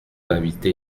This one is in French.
habité